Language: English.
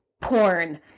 porn